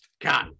God